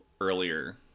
earlier